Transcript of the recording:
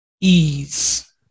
ease